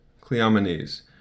Cleomenes